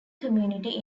community